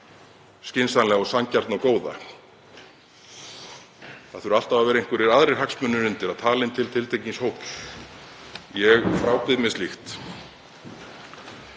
skynsamlega og sanngjarna og góða, það þurfi alltaf að vera einhverjir aðrir hagsmunir undir sem tali til tiltekins hóps. Ég frábið mér slíkt.